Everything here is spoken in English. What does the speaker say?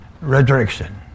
resurrection